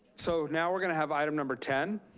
so now we're gonna have item number ten.